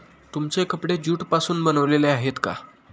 तुमचे कपडे ज्यूट पासून बनलेले आहेत का?